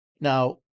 Now